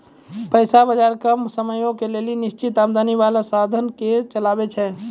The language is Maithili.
पैसा बजार कम समयो के लेली निश्चित आमदनी बाला साधनो के चलाबै छै